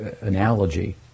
analogy